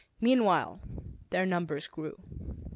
meanwhile their numbers grew.